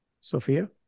Sophia